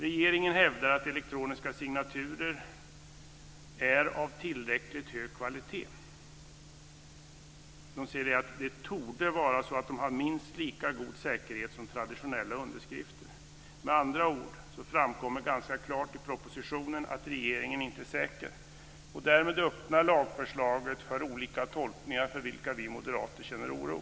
Regeringen hävdar att elektroniska signaturer är av tillräckligt hög kvalitet. Man säger att det torde vara så att de har minst lika god säkerhet som traditionella underskrifter. Med andra ord framgår det ganska klart i propositionen att regeringen inte är säker. Och därmed öppnar lagförslaget för olika tolkningar, för vilka vi moderater känner oro.